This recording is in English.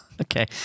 Okay